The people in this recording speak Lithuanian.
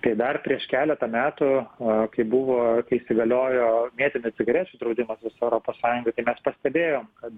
tai dar prieš keletą metų kai buvo kai įsigaliojo mėtinių cigarečių draudimas visoj europos sąjungoj tai mes pastebėjom kad